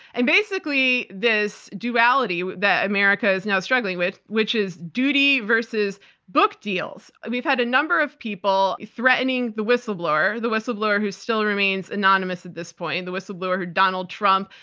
and basically this duality that america is now struggling with, which is duty versus book deals. we've had a number of people threatening the whistleblower, the whistleblower who still remains anonymous at this point, and the whistleblower who donald trump,